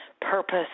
purpose